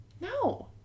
no